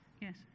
Yes